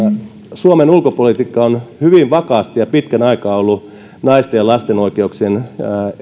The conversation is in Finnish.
suomen ulkopolitiikka on hyvin vakaasti ja pitkän aikaa ollut naisten ja lasten oikeuksien